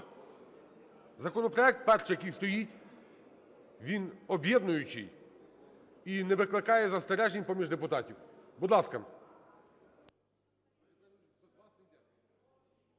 Законопроект перший, який стоїть, він об'єднуючий і не викликає застережень поміж депутатів. Будь ласка.